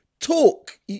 talk